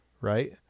right